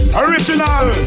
original